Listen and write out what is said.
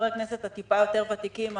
חברי הכנסת היותר ותיקים,